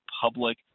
public